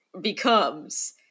becomes